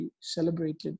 celebrated